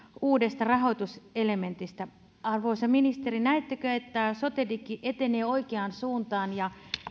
uudesta rahoituselementistä arvoisa ministeri näettekö että sotedigi etenee oikeaan suuntaan ja